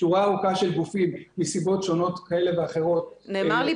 שורה ארוכה של גופים- מסיבות שונות כאלה ואחרות סירבו להתקדם.